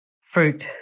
Fruit